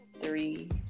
three